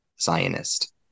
Zionist